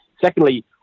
Secondly